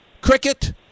cricket